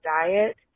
diet